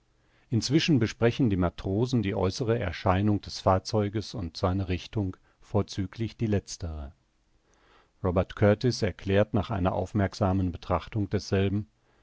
inzwischen besprechen die matrosen die äußere erscheinung des fahrzeuges und seine richtung vorzüglich die letztere robert kurtis erklärt nach einer aufmerksamen betrachtung desselben